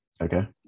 Okay